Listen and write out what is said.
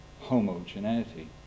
homogeneity